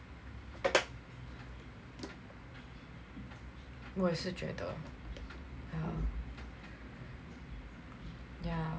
我也是觉得